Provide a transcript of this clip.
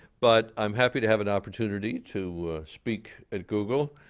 but i'm happy to have an opportunity to speak at google,